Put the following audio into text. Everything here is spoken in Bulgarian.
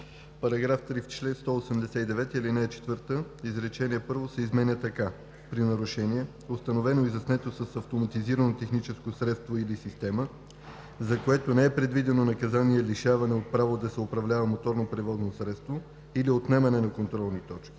§ 3: „§ 3. В чл. 189, ал. 4 изречение първо се изменя така: „При нарушение, установено и заснето с автоматизирано техническо средство или система, за което не е предвидено наказание лишаване от право да се управлява моторно превозно средство или отнемане на контролни точки,